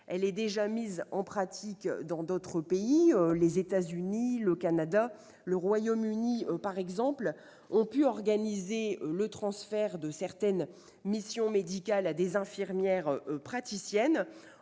elle est déjà mise en pratique dans d'autres pays. Les États-Unis, le Canada et le Royaume-Uni, par exemple, ont pu organiser le transfert de certaines missions médicales à des infirmières praticiennes.